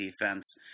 defense